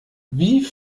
wie